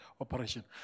operation